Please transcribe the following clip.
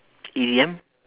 E_D_M